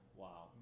wow